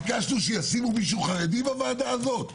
ביקשנו שישימו מישהו חרדי בוועדה הזאת?